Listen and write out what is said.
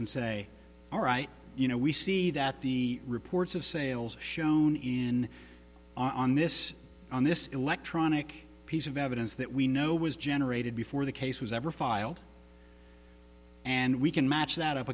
and say all right you know we see that the reports of sales are shown in on this on this electronic piece of evidence that we know was generated before the case was ever filed and we can match that up